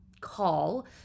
call